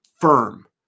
firm